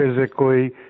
physically